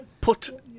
put